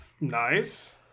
Nice